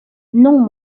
non